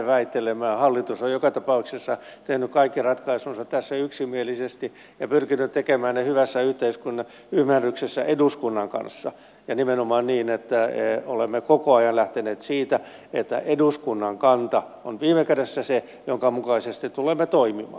hallitus on joka tapauksessa tehnyt kaikki ratkaisunsa tässä yksimielisesti ja pyrkinyt tekemään ne hyvässä yhteisymmärryksessä eduskunnan kanssa ja nimenomaan niin että olemme koko ajan lähteneet siitä että eduskunnan kanta on viime kädessä se jonka mukaisesti tulemme toimimaan